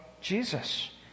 Jesus